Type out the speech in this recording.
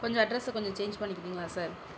கொஞ்சம் அட்ரெஸை கொஞ்சம் சேஞ் பண்ணிக்கிறிங்களா சார்